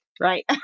right